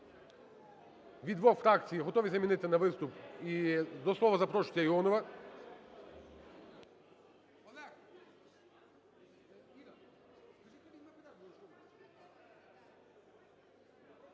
двох фракцій готові замінити на виступ і до слова запрошується Іонова.